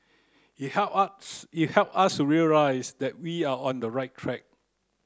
it help us it help us realise that we're on the right track